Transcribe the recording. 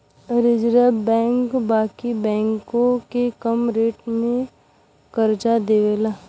reserve bank बाकी bank के कम रेट पे करजा देवेला